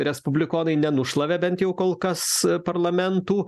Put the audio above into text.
respublikonai nenušlavė bent jau kol kas parlamentų